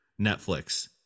Netflix